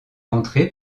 entrer